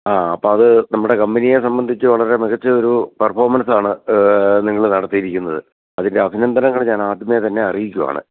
ആ അപ്പോൾ അത് നമ്മുടെ കമ്പനിയെ സംബന്ധിച്ച് വളരെ മികച്ച ഒരു പെര്ഫോമന്സ് ആണ് നിങ്ങൾ നടത്തിയിരിക്കുന്നത് അതിന്റെ അഭിനന്ദനങ്ങൾ ഞാന് ആദ്യമേ തന്നെ അറിയിക്കുകയാണ്